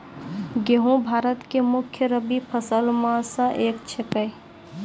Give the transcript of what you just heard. गेहूँ भारत के मुख्य रब्बी फसल मॅ स एक छेकै